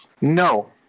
No